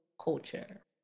culture